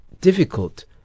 difficult